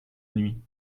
nuit